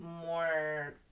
more